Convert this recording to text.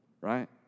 right